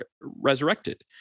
resurrected